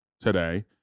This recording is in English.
today